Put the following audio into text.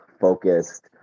focused